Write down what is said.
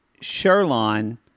Sherlon